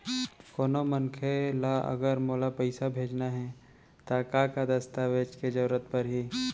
कोनो मनखे ला अगर मोला पइसा भेजना हे ता का का दस्तावेज के जरूरत परही??